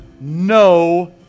no